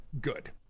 good